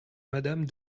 madame